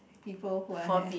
people who are